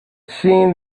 seen